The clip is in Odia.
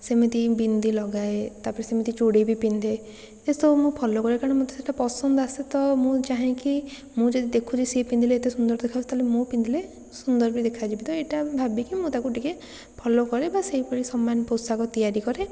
ସେମିତି ବିନ୍ଦି ଲଗାଏ ତା'ପରେ ସେମିତି ଚୁଡ଼ି ବି ପିନ୍ଧେ ସେସବୁ କୁ ମୁଁ ଫଲୋ କରେ କାରଣ ମୋତେ ପସନ୍ଦ ଆସେ ତ ମୁଁ ଚାହେଁ କି ମୁଁ ଯଦି ଦେଖୁଛି ସେ ପିନ୍ଧିଲେ ଏତେ ସୁନ୍ଦର ଦେଖାଯାଉଛି ତାହେଲେ ମୁଁ ପିନ୍ଧିଲେ ସୁନ୍ଦର ବି ଦେଖାଯିବି ଏଇଟା ଭାବିକି ମୁଁ ତାକୁ ଟିକିଏ ଫଲୋ କରେ ବା ସେହିପରି ସମାନ ପୋଷାକ ତିଆରି କରେ